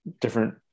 different